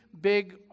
big